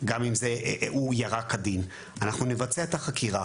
גם אם הוא ירה כדין, אנחנו נבצע את החקירה